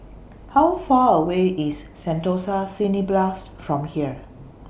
How Far away IS Sentosa Cineblast from here